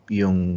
yung